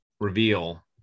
reveal